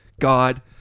God